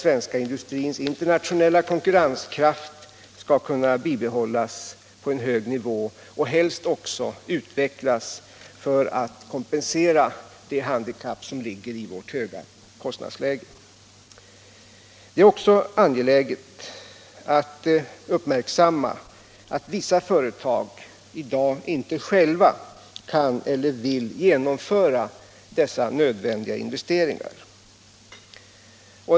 svenska industrins internationella konkurrenskraft skall kunna bibehållas på en hög nivå och helst också utvecklas för att kompensera det handikapp som ligger i vårt höga kostnadsläge. Det är också angeläget att uppmärksamma att vissa företag i dag inte själva kan eller vill göra dessa nödvändiga investeringar.